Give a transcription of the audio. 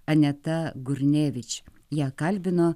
aneta gurnevič ją kalbino